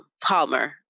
Palmer